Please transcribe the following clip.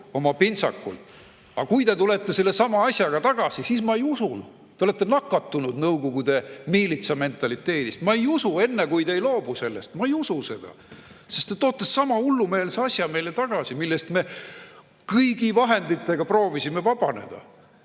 oma pintsakult. Aga kui te tulete sellesama asjaga tagasi, siis ma ei usu. Te olete nakatunud Nõukogude miilitsa mentaliteedist. Ma ei usu enne, kui te loobute sellest. Ma ei usu seda. Te toote sama hullumeelse asja meile tagasi, millest me kõigi vahenditega proovisime vabaneda.